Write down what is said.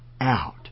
out